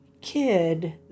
kid